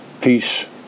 peace